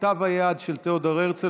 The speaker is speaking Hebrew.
כתב היד של תיאודור הרצל,